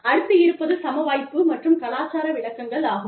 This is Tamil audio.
அடுத்து இருப்பது சம வாய்ப்பு மற்றும் கலாச்சார விளக்கங்கள் ஆகும்